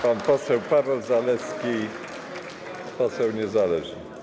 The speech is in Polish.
Pan poseł Paweł Zalewski, poseł niezależny.